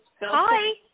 Hi